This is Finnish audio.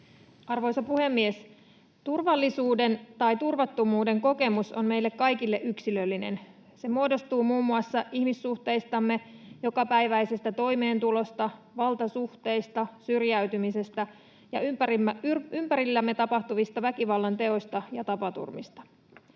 Arvoisa puhemies! Turvallisuuden tai turvattomuuden kokemus on meille kaikille yksilöllinen. Se muodostuu muun muassa ihmissuhteistamme, jokapäiväisestä toimeentulosta, valtasuhteista, syrjäytymisestä ja ympärillämme tapahtuvista väkivallanteoista ja tapaturmista.